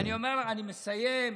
אני מסיים.